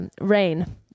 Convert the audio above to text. rain